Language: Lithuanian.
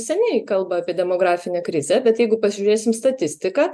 seniai kalba apie demografinę krizę bet jeigu pažiūrėsim statistiką